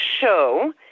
show